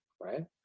right